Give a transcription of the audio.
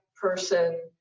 person